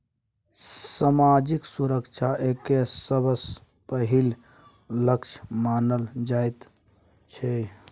सामाजिक सुरक्षा एकर सबसँ पहिल लक्ष्य मानल जाइत छै